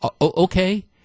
okay